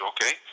Okay